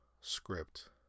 script